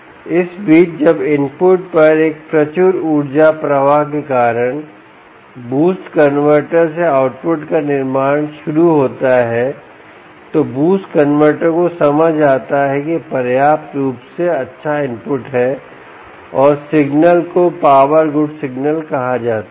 इस बीच जब इनपुट पर एक प्रचुर ऊर्जा प्रवाह के कारण बूस्ट कनवर्टर से आउटपुट का निर्माण शुरू होता है तो बूस्ट कनवर्टर को समझ आता है कि पर्याप्त रूप से अच्छा इनपुट है और सिग्नल को पावर गुड सिग्नल कहा जाता है